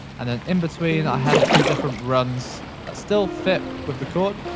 and then, in between, i have a few different runs that still fit with the chord,